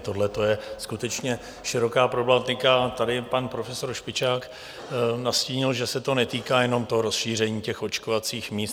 Tohleto je skutečně široká problematika a tady pan profesor Špičák nastínil, že se to netýká jenom rozšíření očkovacích míst.